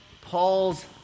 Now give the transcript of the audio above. Paul's